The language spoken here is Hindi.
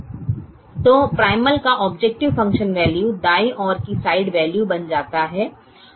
तो प्राइमल का ऑब्जेक्टिव फंक्शन वैल्यू दायीं ओर की साइड वैल्यू बन जाता है